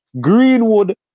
Greenwood